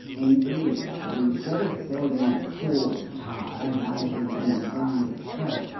in brief, instead of building a tall tower rising from the ground itself,